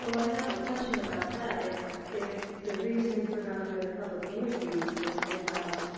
i have a question about that. if if the reason for not doing public interviews, is to have